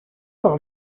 par